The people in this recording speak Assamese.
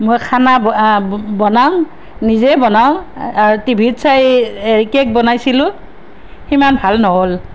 মই খানা বনাম নিজেই বনাওঁ টিভিত চাই কেক বনাইছিলোঁ সিমান ভাল নহ'ল